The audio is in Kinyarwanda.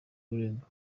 urenga